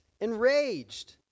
enraged